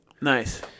Nice